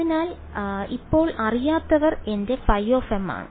അതിനാൽ ഇപ്പോൾ അറിയാത്തവർ എന്റെ ϕm ആണ്